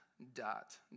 Dot